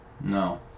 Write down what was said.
No